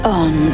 on